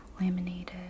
laminated